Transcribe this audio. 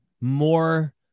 More